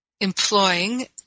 employing